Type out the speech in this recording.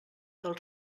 del